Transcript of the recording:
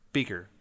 Beaker